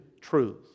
Truth